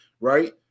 right